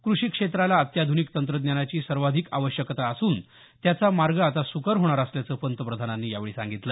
कृषी क्षेत्राला अत्याधूनिक तंत्रज्ञानाची सर्वाधिक आवश्यकता असून त्याचा मार्ग आता सुकर होणार असल्याचं पंतप्रधानांनी यावेळी सांगितलं